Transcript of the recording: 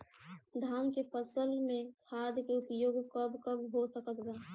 धान के फसल में खाद के उपयोग कब कब हो सकत बा?